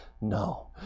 No